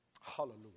Hallelujah